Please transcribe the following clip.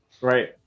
Right